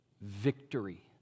victory